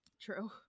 True